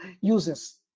uses